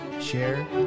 share